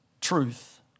truth